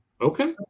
Okay